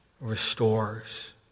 restores